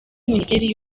minisiteri